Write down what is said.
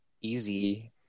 easy